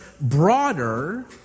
broader